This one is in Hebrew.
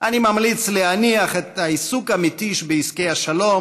אני ממליץ להניח את העיסוק המתיש בעסקי השלום